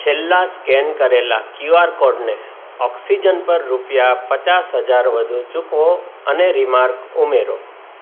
છેલ્લા સ્કેન કરેલાં કયુઆર કોડને ઓક્સિજન પર રૂપિયા પચાસ હજાર વધુ ચૂકવો અને રીમાર્ક ઉમેરો